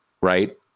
right